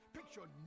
Picture